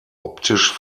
optisch